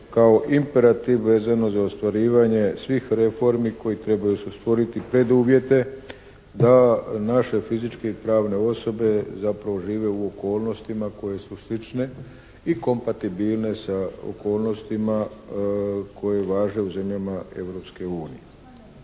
kao imperativ vezano za ostvarivanje svih reformi koje trebaju se stvoriti preduvjete da naše fizičke i pravne osobe zapravo žive u okolnostima koje su slične i kompatibilne sa okolnostima koje važe u zemljama